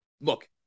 Look